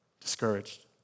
Discouraged